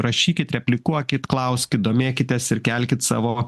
rašykit replikuokit klauskit domėkitės ir kelkit savo